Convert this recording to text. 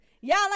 Y'all